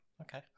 Okay